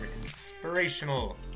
inspirational